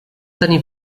tenir